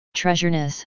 treasureness